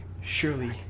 Surely